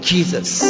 Jesus